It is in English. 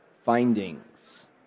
findings